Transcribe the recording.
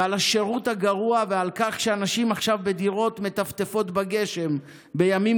על השירות הגרוע ועל כך שאנשים עכשיו בדירות מטפטפות בגשם בימים